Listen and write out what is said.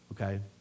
Okay